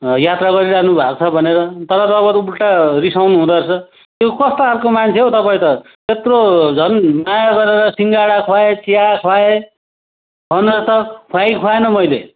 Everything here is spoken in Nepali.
यात्रा गरिरहनु भएको छ भनेर तर तपाईँ त अरू उल्टा रिसाउनु हुँदोरहेछ यो कस्तो खालको मान्छे हौ तपाईँ त यत्रो झन् माया गरेर सिँगडा खुवाएँ चिया खुवाएँ भन्नुहोस् त खुवाएँ कि खुवाइनँ मैले